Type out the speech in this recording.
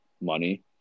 money